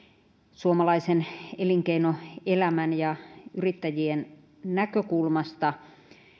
suomalaisen elinkeinoelämän ja yrittäjien näkökulmasta